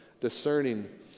discerning